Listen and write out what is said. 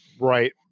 Right